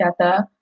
together